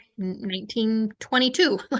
1922